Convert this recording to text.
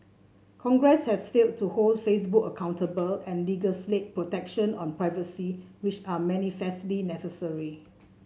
congress has failed to hold Facebook accountable and legislate protections on privacy which are manifestly necessary